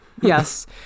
Yes